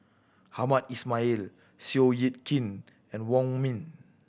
Hamed Ismail Seow Yit Kin and Wong Ming